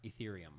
Ethereum